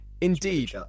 Indeed